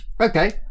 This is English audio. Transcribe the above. okay